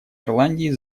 ирландии